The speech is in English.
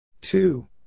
Two